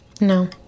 No